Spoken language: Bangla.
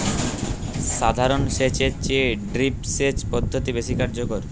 সাধারণ সেচ এর চেয়ে ড্রিপ সেচ পদ্ধতি বেশি কার্যকর